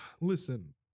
Listen